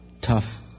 tough